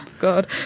God